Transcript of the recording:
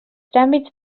tràmits